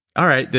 all right,